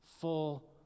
full